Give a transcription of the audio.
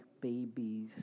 babies